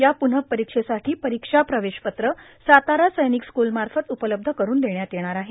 या पुनपराक्षेसाठां पराक्षा प्रवेश पत्र सातारा सैनिक स्कूलमाफत उपलब्ध करुन देण्यात येणार आहे